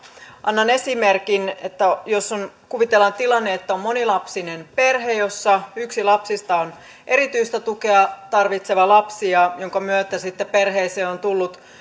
annan esimerkin kuvitellaan tilanne että on monilapsinen perhe jossa yksi lapsista on erityistä tukea tarvitseva lapsi jonka myötä sitten perheeseen on tullut